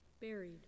buried